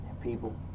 People